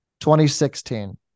2016